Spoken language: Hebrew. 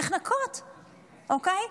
נחנקות, אוקיי?